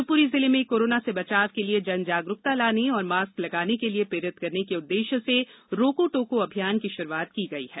शिवप्री जिले में कोरोना से बचाव के लिए जनजागरूकता लाने और मास्क लगाने के लिए प्रेरित करने के उददेश्य से रोको टोको अभियान की श्रुआत की गई है